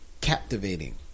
captivating